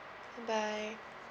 bye